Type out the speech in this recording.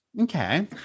Okay